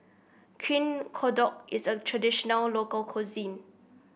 Kodok is a traditional local cuisine